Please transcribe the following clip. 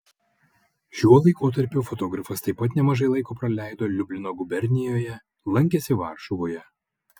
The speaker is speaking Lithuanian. šiuo laikotarpiu fotografas taip pat nemažai laiko praleido liublino gubernijoje lankėsi varšuvoje